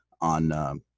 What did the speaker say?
on